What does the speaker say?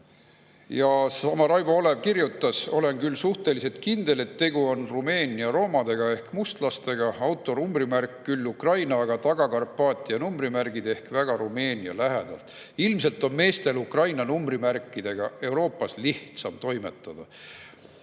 Seesama Raivo Olev kirjutas: "Olen küll suhteliselt kindel, et tegu on Rumeenia romadega ehk mustlastega. Auto numbrimärk küll Ukraina [oma], aga Taga-Karpaatia numbrimärgid ehk väga Rumeenia lähedalt. Ilmselt on meestel Ukraina numbrimärkidega Euroopas lihtsam toimetada."